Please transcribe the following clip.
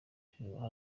ntibaha